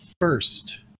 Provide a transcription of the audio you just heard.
first